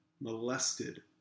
molested